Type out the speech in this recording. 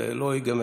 זה לא ייגמר.